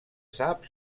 sap